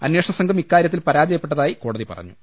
അന്വേഷണ സംഘം ഇക്കാര്യത്തിൽ പരാജയപ്പെട്ടതായി കോടതി പറഞ്ഞു